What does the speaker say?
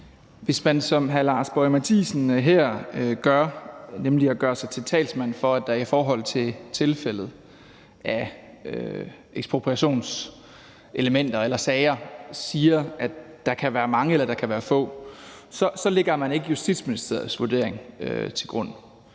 Hvis man som hr. Lars Boje Mathiesen her gør sig til talsmand for, at der i forhold til tilfælde af ekspropriationselementer eller -sager siger, at der kan være mange eller få, så lægger man ikke Justitsministeriets vurdering til grund.